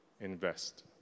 invest